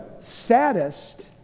saddest